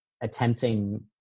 attempting